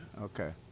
Okay